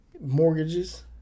mortgages